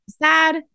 sad